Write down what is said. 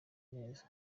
neza